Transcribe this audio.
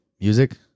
music